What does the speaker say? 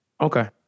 Okay